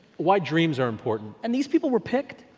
why dreams are important. and these people were picked?